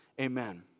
amen